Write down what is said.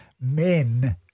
Men